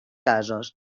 casos